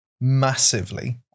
massively